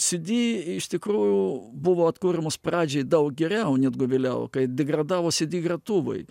cd iš tikrųjų buvo atkuriamos pradžiai daug geriau nedgu vėliau kai degradavo cd gretuvai